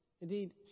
Indeed